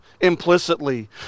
implicitly